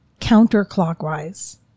counterclockwise